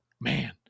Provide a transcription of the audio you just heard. man